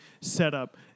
setup